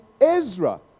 Ezra